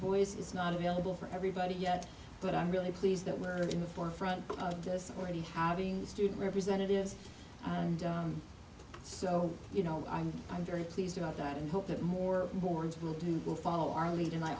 voice is not available for everybody yet but i'm really pleased that we're in the forefront of this already having the student representatives and so you know i'm i'm very pleased about that and hope that more boards will do will follow our le